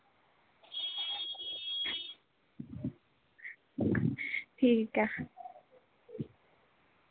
ठीक ऐ